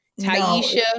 Taisha